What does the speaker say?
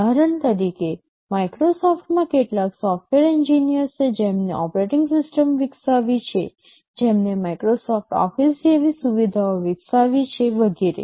ઉદાહરણ તરીકે માઇક્રોસોફ્ટમાં કેટલાક સોફ્ટવેર એન્જિનિયર્સ છે જેમણે ઓપરેટિંગ સિસ્ટમ વિકસાવી છે જેમણે માઇક્રોસોફ્ટ ઓફિસ જેવી સુવિધાઓ વિકસાવી છે વગેરે